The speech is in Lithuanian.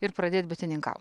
ir pradėt bitininkau